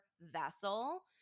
vessel